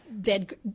dead